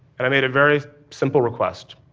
and i made a very simple request.